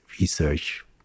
research